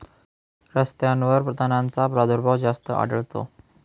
रस्त्यांवर तणांचा प्रादुर्भाव जास्त आढळतो